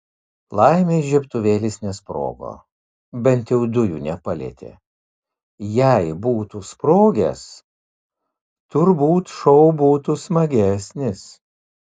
laimei žiebtuvėlis nesprogo bent jau dujų nepalietė jei būtų sprogęs turbūt šou būtų smagesnis